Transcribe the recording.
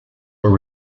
were